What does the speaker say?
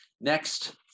Next